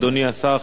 אדוני השר,